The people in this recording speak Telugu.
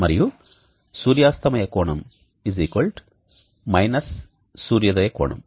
మరియు సూర్యాస్తమయం కోణం మైనస్ సూర్యోదయ కోణం